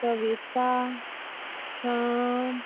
कविता शाम